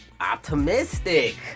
Optimistic